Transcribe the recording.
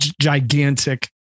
gigantic